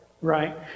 right